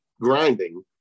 grinding